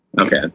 Okay